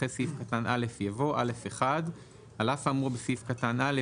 אחרי סעיף קטן (א) יבוא: "(א1) על אף האמור בסעיף קטן (א),